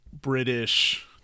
British